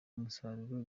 umusaruro